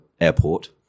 airport